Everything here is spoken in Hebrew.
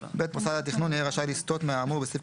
(ב) מוסד התכנון יהיה רשאי לסטות מהאמור בסעיף